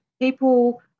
people